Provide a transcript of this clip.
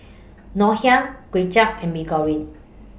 Ngoh Hiang Kuay Chap and Mee Goreng